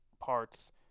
parts